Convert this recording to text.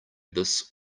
this